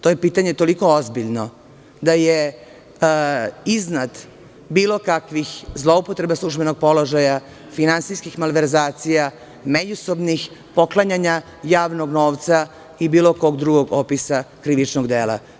To je pitanje toliko ozbiljno da je iznad bilo kakvih zloupotreba službenih položaja, finansijskih malverzacija, međusobnih poklanjanja javnog novca i bilo kog drugog opisa krivičnog dela.